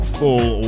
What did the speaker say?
full